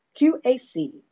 QAC